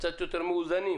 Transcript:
קצת יותר מאוזנים.